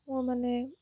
মোৰ মানে